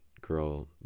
girl